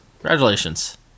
Congratulations